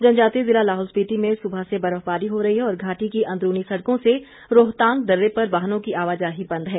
जनजातीय जिला लाहौल स्पिति में सुबह से बर्फबारी हो रही है और घाटी की अंदरूनी सड़कों से रोहतांग दर्रे पर वाहनों की आवाजाही बंद है